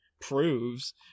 proves